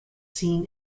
seen